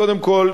קודם כול,